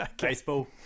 baseball